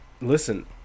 listen